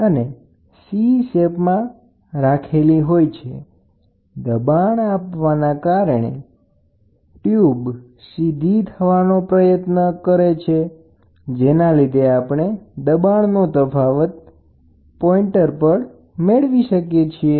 દબાણ આપવાના કારણે અને તે જરૂરી આડછેદ વિસ્તાર ધારણ કરવા માટે ટયુબને સીધી થવા પ્રેરે છેજેના લીધે આપણે દબાણ નો તફાવત માપવાનો પ્રયત્ન કરી શકીએ છીએ